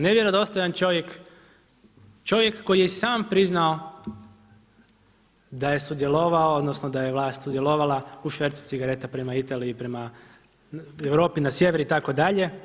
Nevjerodostojan čovjek, čovjek koji je i sam priznao da je sudjelovao, odnosno da mu je vlast sudjelovala u švercu cigareta prema Italiji i prema Europi na sjever itd.